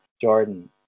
Jordan